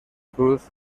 cruz